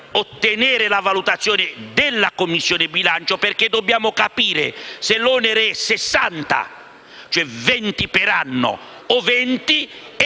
ottenere la valutazione della Commissione bilancio, perché dobbiamo capire se l'onere è di 60 milioni, cioè 20 per anno, o